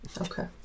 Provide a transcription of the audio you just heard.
Okay